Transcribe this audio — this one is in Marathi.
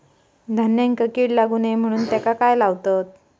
धान्यांका कीड लागू नये म्हणून त्याका काय लावतत?